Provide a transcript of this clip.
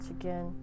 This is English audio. again